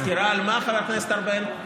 סקירה על מה, חבר הכנסת ארבל?